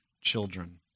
children